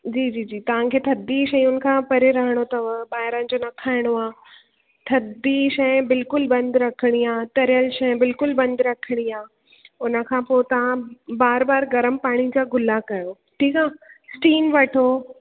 जी जी जी तव्हांखे थधी शयुनि खां परे रहणो अथव ॿाहिरां जो न खाइणो आहे थधी शइ बिल्कुलु बंदि रखणी आहे तरियल शइ बिल्कुलु बंदि रखणी आहे उन खां पोइ तव्हां बार बार गरम पाणी जा गुला कयो ठीकु स्टीम वठो